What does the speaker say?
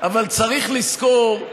אבל צריך לזכור,